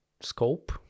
Scope